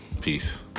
Peace